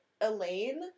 Elaine